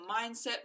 mindset